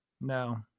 No